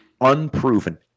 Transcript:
unproven